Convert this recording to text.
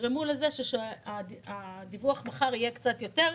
ותגרמו לזה שהדיווח מחר יהיה קצת יותר,